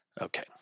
Okay